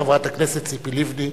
חברת הכנסת ציפי לבני,